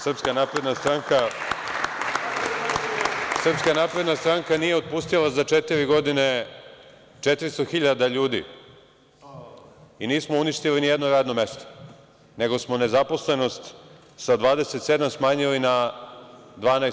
Srpska napredna stranka nije otpustila za četiri godine 400.000 ljudi i nismo uništili ni jedno radno mesto, nego smo nezaposlenost sa 27 smanjili na 12%